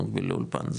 במקביל לאולפן,